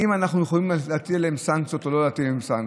אם אנחנו יכולים להטיל עליהם סנקציות או לא להטיל עליהם סנקציות.